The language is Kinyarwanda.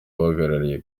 abahagarariye